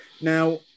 Now